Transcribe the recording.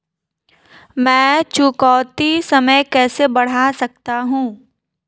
मैं चुकौती समय कैसे बढ़ा सकता हूं?